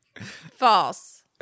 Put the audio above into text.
False